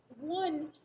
One